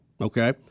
Okay